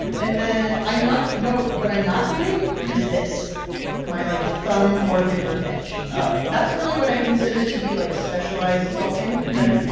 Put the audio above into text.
and then i'm not no. what i'm not doing it is this my, like, thumb-forefinger pinch oh that's really what i consider to be, like, specialized salting, like,